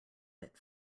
bit